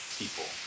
people